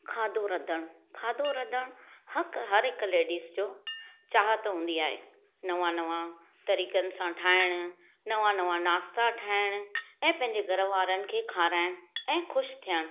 खाधो रधणु खाधो रधणु हर हिकु लेडीस जो चाहत हूंदी आहे नवा नवा तरीक़नि सां ठाहिण नवां नवां नाश्ता ठाहिण ऐं पंहिंजे घरवारनि खें खाराइणु ऐं ख़ुशि थियणु